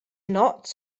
notg